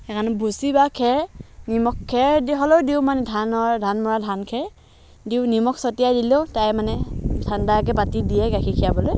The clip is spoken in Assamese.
সেইকাৰণে ভুচি বা খেৰ নিমখ খেৰ দি হ'লেও দিওঁ মানে ধানৰ ধান মৰা ধানখেৰ দিওঁ নিমখ ছটিয়াই দি হ'লেও তাই মানে ঠাণ্ডাকৈ পাতি দিয়ে গাখীৰ খীৰাবলৈ